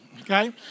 Okay